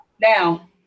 Now